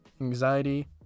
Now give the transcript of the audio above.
anxiety